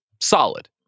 solid